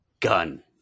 gun